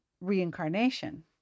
reincarnation